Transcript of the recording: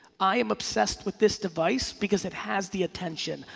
i am obsessed with this device because it has the attention.